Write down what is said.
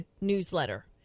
newsletter